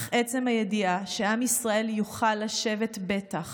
אך עצם הידיעה שעם ישראל יוכל לשבת בטח,